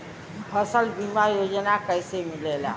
फसल बीमा योजना कैसे मिलेला?